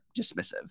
dismissive